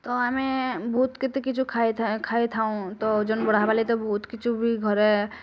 ତ ଆମେ ବହୁତ୍ କେତେ କିଛୁ ଖାଇଥାଉଁ ତ ଓଜନ୍ ବଢ଼ାବା ଲାଗି ତ ବହୁତ୍ କିଛୁ ବି ଘରେ